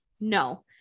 no